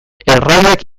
erraiak